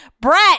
Brett